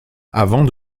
avant